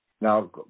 now